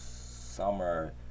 summer